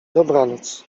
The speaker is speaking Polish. dobranoc